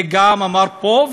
את זה הוא גם אמר פה,